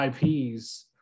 IPs